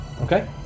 Okay